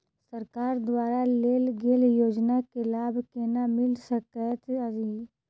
सरकार द्वारा देल गेल योजना केँ लाभ केना मिल सकेंत अई?